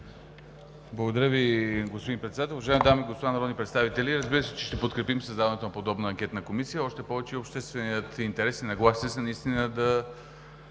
Благодаря Ви, господин Председател. Уважаеми дами и господа народни представители! Разбира се, че ще подкрепим създаването на подобна анкетна комисия, още повече общественият интерес и нагласи са наистина да